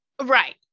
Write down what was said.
right